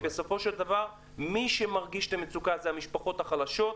בסופו של דבר מי שמרגיש את המצוקה זה המשפחות החלשות,